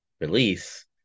release